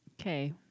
Okay